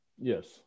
yes